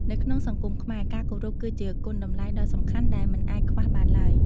នៅក្នុងសង្គមខ្មែរ ការគោរពគឺជាគុណតម្លៃដ៏សំខាន់ដែលមិនអាចខ្វះបានឡើយ។